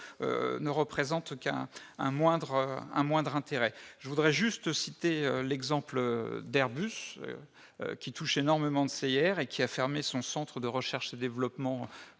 ne représente qu'un moindre un moindre intérêt je voudrais juste citer l'exemple d'Airbus qui touche énormément de Seilliere et qui a fermé son centre de recherche et développement